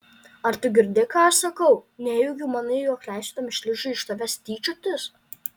ar tu girdi ką aš sakau nejaugi manai jog leisiu tam šliužui iš tavęs tyčiotis